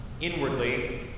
Inwardly